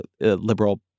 liberal